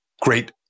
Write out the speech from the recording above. great